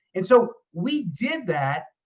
and so we did that.